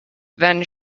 then